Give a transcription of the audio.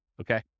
Okay